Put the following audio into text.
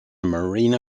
marina